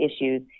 issues